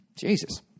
Jesus